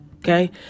Okay